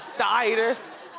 the itis.